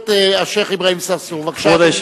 הכנסת השיח' אברהים צרצור, בבקשה, אדוני.